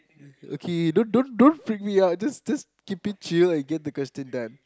okay don't don't don't freak me out just just keep it chill and get the question done